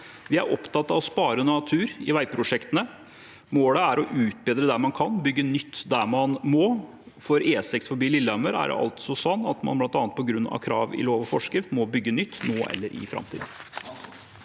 Vi er opptatt av å spare natur i veiprosjektene. Målet er å utbedre der man kan og bygge nytt der man må, og for E6 forbi Lillehammers del er det altså slik at man bl.a. på grunn av krav i lov og forskrift må bygge nytt nå eller i framtiden.